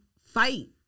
fight